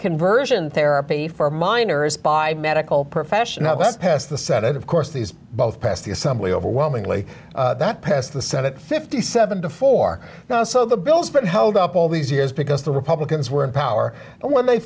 conversion therapy for minors by medical profession that's passed the senate of course these both passed the assembly overwhelmingly that passed the senate fifty seven before now so the bill's been held up all these years because the republicans were in power and when they